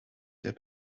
der